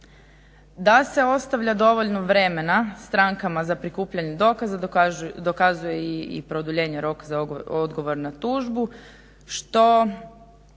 Da se ostavlja dovoljno vremena strankama za prikupljanje dokaza dokazuje i produljenje roka za odgovor na tužbu što